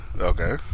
Okay